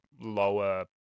lower